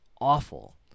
awful